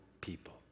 people